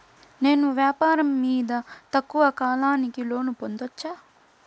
నేను వ్యాపారం మీద తక్కువ కాలానికి లోను పొందొచ్చా?